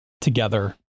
together